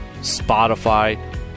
Spotify